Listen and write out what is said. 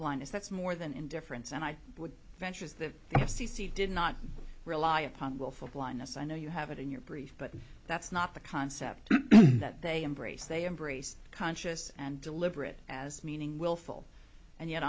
blind is that's more than indifference and i would venture is the f c c did not rely upon willful blindness i know you have it in your brief but that's not the concept that they embrace they embrace conscious and deliberate as meaning willful and yet